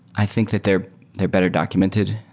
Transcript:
i think that they're they're better documented,